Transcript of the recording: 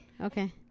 Okay